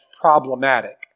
problematic